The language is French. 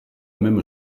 même